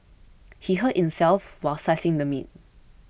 he hurt himself while slicing the meat